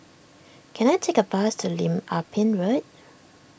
can I take a bus to Lim Ah Pin Road